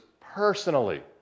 personally